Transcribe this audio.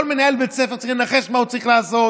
כל מנהל בית ספר צריך לנחש מה הוא צריך לעשות,